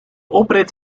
oprit